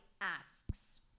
asks